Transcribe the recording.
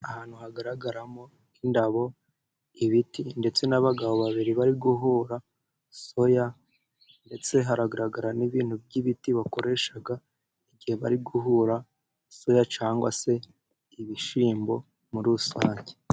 Ahantu hagaragaramo indabo, ibiti ndetse n'abagabo babiri bari guhura soya, ndetse haragaragara n'ibintu by'ibiti bakoresha igihe bari guhura soya cyangwa se ibishyimbo muri rusange.